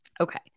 Okay